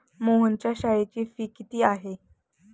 मोहनच्या शाळेची फी किती आहे?